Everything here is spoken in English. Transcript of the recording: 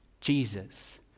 Jesus